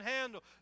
handle